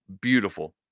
Beautiful